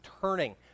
turning